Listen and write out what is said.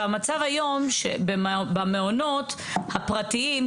המצב היום במעונות הפרטיים,